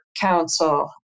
Council